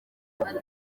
muntu